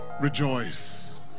Rejoice